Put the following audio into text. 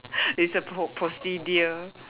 it's a pro~ procedure